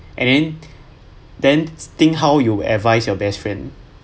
and then then think how you advise your best friend